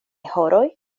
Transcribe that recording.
horoj